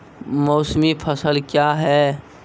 मौसमी फसल क्या हैं?